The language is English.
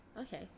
Okay